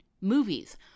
movies